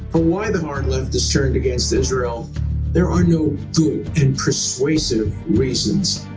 ah why the hard left this turned against israel there are no good and persuasive reasons.